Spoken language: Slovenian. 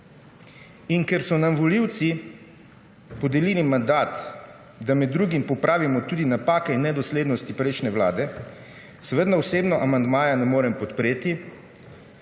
Ker so nam volivci podelili mandat, da med drugim popravimo tudi napake in nedoslednosti prejšnje vlade, seveda osebno amandmaja ne morem podpreti,